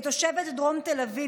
כתושבת דרום תל אביב,